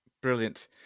Brilliant